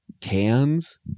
cans